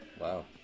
wow